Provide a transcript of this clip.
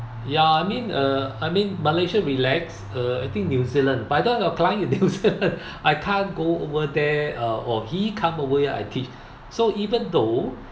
ya I mean uh I mean malaysia relax uh I think new zealand by the time my client in new zealand uh I can't go over there uh or he come over here I teach so even though